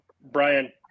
Brian